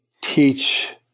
teach